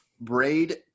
braid